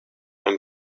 and